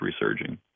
resurging